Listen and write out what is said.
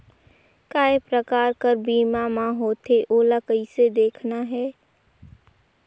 काय प्रकार कर बीमा मा होथे? ओला कइसे देखना है?